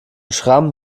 schrammen